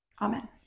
Amen